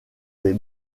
des